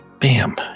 Bam